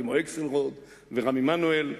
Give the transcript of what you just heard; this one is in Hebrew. כמו אקסלרוד ורם עמנואל,